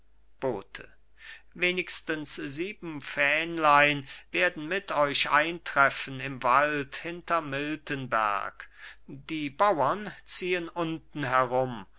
bote wenigstens sieben fähnlein werden mit euch eintreffen im wald hinter miltenberg die bauern ziehen unten herum